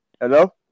Hello